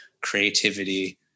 creativity